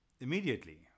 immediately